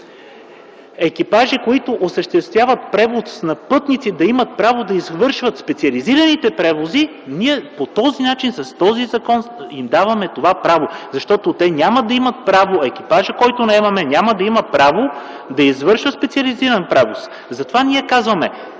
екипажи, които осъществяват превоз на пътници, да имат право да извършват специализираните превози, ние по този начин, с този закон, им даваме това право, защото екипажът, който наемаме, няма да има право да извършва специализиран превоз. Затова ние казваме,